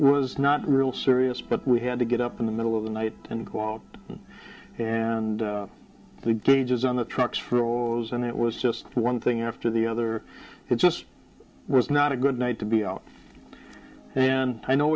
was not real serious but we had to get up in the middle of the night and go out and the dangers on the trucks frozen it was just one thing after the other it just was not a good night to be out and i know